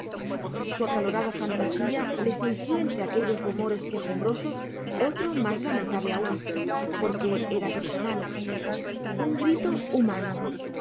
su acalorada fantasía le fingió entre aquellos rumores quejumbrosos otro más lamentable aún porque era personal un grito humano qué